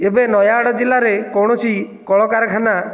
ଏବେ ନୟାଗଡ଼ ଜିଲ୍ଲାରେ କୌଣସି କଳକାରଖାନା